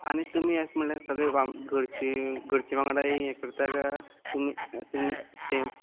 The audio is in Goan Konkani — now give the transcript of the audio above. आनी तुमी अश म्हणल्यार सगळें वां घरचीं घरचीं वांगडा दाई हें करता गा तुमी तुम् सेम